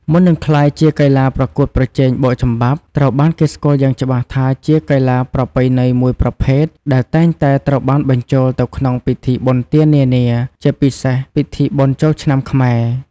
មុននឹងក្លាយជាកីឡាប្រកួតប្រជែង បោកចំបាប់ត្រូវបានគេស្គាល់យ៉ាងច្បាស់ថាជាកីឡាប្រពៃណីមួយប្រភេទ ដែលតែងតែត្រូវបានបញ្ចូលទៅក្នុងពិធីបុណ្យទាននានា ជាពិសេស ពិធីបុណ្យចូលឆ្នាំខ្មែរ។